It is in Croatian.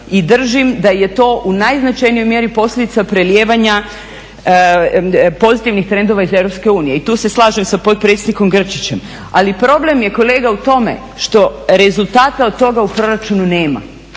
i držim da je to u najznačajnijoj mjeri posljedica prelijevanja pozitivnih trendova iz EU i tu se slažem sa potpredsjednikom Grčićem, ali problem je, kolega, u tome što rezultata od toga u proračunu nema,